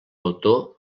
autor